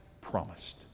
promised